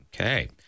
Okay